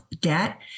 debt